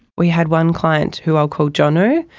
we had one client who i'll call johnno.